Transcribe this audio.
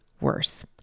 worse